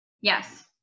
yes